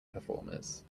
performers